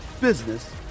business